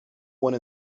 one